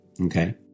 okay